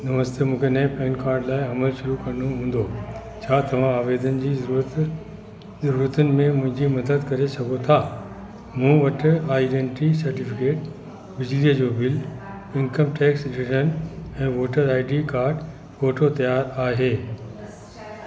नमस्ते मूंखे नए PAN card लाइ अमल शुरू करिणो हूंदो छा तव्हां आवेदन जी ज़रूरत ज़रूरतुनि में मुंहिंजी मदद करे सघो था मूं वटि आईडेंटिटी सर्टिफिकेट बिजलीअ जो बिल इनकम टैक्स रिटर्न ऐं वोटर आईडी कार्ड फोटो तयारु आहे